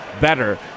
better